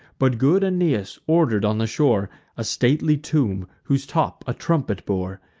but good aeneas order'd on the shore a stately tomb, whose top a trumpet bore,